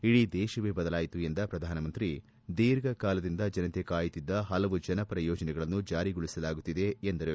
ಇಡೀ ದೇಶವೇ ಬದಲಾಯಿತು ಎಂದ ಪ್ರಧಾನ ಮಂತ್ರಿ ದೀರ್ಘಕಾಲದಿಂದ ಜನತೆ ಕಾಯುತ್ತಿದ್ದ ಪಲವು ಜನಪರ ಯೋಜನೆಗಳನ್ನು ಜಾರಿಗೊಳಿಸಲಾಗುತ್ತಿದೆ ಎಂದರು